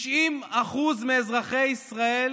90% מאזרחי ישראל